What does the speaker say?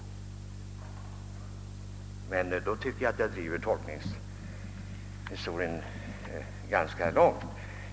Men då tycker jag att jag driver tolkningen ganska långt.